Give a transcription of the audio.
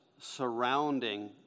surrounding